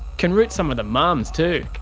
can root some of the mums too.